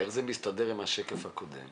איך זה מסתדר עם השקף הקודם